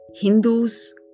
Hindus